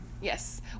Yes